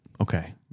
Okay